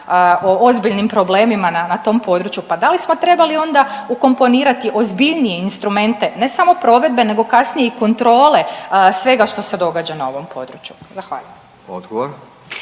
o ozbiljnim problemima na, na tom području, pa da li smo trebali onda ukomponirati ozbiljnije instrumente ne samo provedbe nego kasnije i kontrole svega što se događa na ovom području? Zahvaljujem.